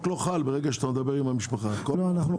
ברגע שאתה מדבר עם המשפחה, החוק לא חל.